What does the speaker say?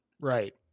Right